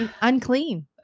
unclean